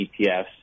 ETFs